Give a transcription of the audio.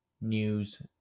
news